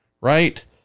right